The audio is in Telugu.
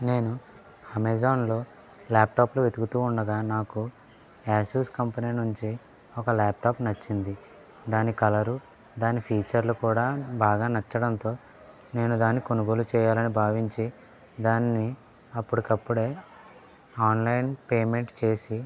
నేను అమెజాన్లో ల్యాప్టాప్లు వెతుకుతుండగా నాకు ఆసూస్ కంపెనీ నుంచి ఒక ల్యాప్టాప్ నచ్చింది దాని కలరు దాని ఫీచర్లు కూడా బాగా నచ్చడంతో నేను దాన్ని కొనుగోలు చేయాలని భావించి దాన్ని అప్పటికప్పుడు ఆన్లైన్ పేమెంట్ చేసి